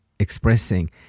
expressing